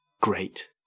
great